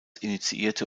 initiierte